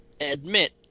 admit